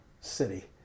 city